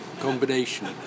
combination